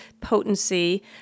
potency